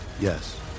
Yes